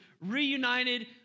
reunited